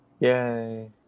Yay